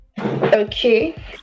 Okay